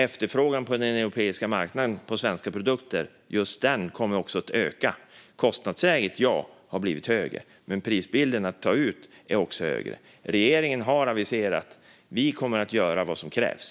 Efterfrågan på den europeiska marknaden på svenska produkter kommer också att öka. Kostnadsläget har blivit högre, men prisbilden att ta ut är också högre. Regeringen har aviserat att man kommer att göra vad som krävs.